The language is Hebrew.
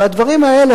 והדברים האלה,